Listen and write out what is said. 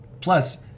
Plus